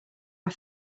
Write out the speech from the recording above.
are